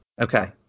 Okay